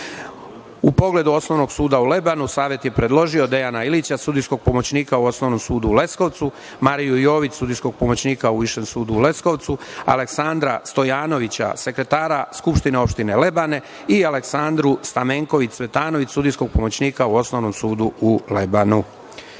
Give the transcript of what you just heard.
pogledu Osnovnog suda u Lebanu Savet je predložio Dejana Ilića, sudijskog pomoćnika u Osnovnom sudu u Leskovcu, Mariju Jović, sudijskog pomoćnika u Višem sudu u Leskovcu, Aleksandra Stojanovića, sekretara SO Lebane i Aleksandru Stamenković Cvetanović, sudijskog pomoćnika u Osnovnom sudu u